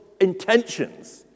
intentions